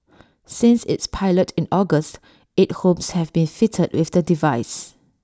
since its pilot in August eight homes have been fitted with the device